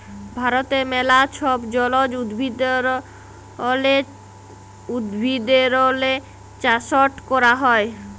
ভারতে ম্যালা ছব জলজ উদ্ভিদেরলে চাষট ক্যরা হ্যয়